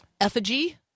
effigy